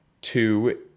two